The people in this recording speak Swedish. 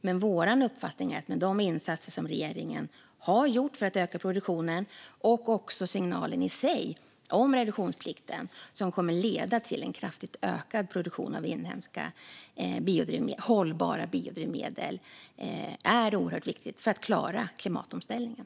Men vår uppfattning är att de insatser som regeringen har gjort för att öka produktionen och signalen om reduktionsplikten i sig kommer att leda till en kraftigt ökad produktion av inhemska hållbara biodrivmedel. Det är oerhört viktigt för att klara klimatomställningen.